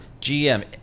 GM